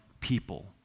people